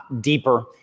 deeper